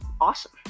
awesome